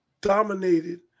dominated